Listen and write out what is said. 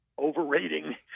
overrating